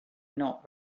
not